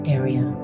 area